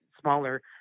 smaller